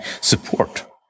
support